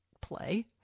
play